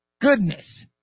goodness